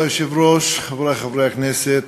כבוד היושב-ראש, חברי חברי הכנסת,